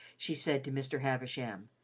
she said to mr. havisham.